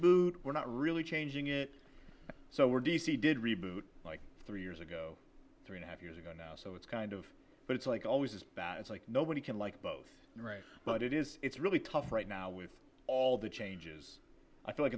reboot we're not really changing it so we're d c did reboot like three years ago three and a half years ago now so it's kind of but it's like always it's bad it's like nobody can like both but it is it's really tough right now with all the changes i feel like